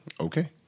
Okay